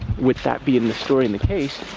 with that being the story and the case,